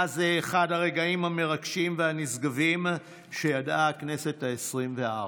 היה זה אחד הרגעים המרגשים והנשגבים שידעה הכנסת העשרים-וארבע.